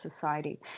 society